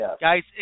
Guys